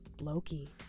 Loki